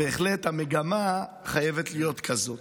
בהחלט המגמה חייבת להיות כזו.